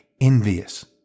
envious